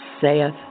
saith